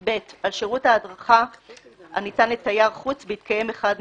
על שירות הדרכה הניתן לתייר חוץ בהתקיים אחד מאלה: